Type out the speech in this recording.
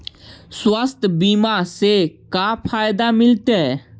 स्वास्थ्य बीमा से का फायदा मिलतै?